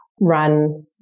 run